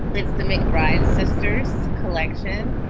it's the mcbryde sisters collection.